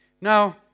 Now